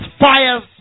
fires